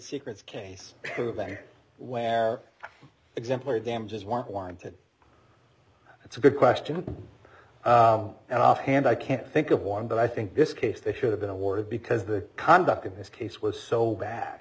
secrets case where exemplary damages want wanted it's a good question and offhand i can't think of one but i think this case they should have been awarded because the conduct in this case was so bad